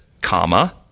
comma